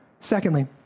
Secondly